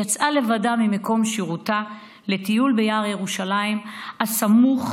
יצאה לבדה ממקום שירותה לטיול ביער בירושלים הסמוך